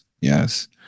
Yes